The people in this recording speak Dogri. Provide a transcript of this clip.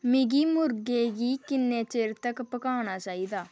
मिगी मुर्गे गी किन्नै चिर तक पकाना चाहिदा